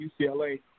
UCLA